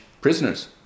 prisoners